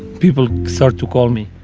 people start to call me.